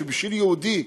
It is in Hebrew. שבשביל יהודי,